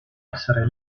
essere